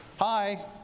Hi